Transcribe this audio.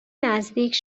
نزدیک